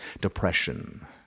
depression